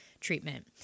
treatment